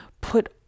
put